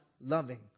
loving